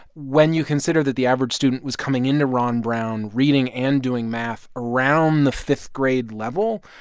when you consider that the average student was coming into ron brown reading and doing math around the fifth-grade level,